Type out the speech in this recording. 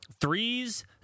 threes